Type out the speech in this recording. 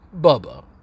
Bubba